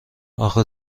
اخه